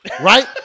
right